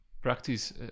practice